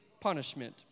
punishment